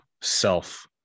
self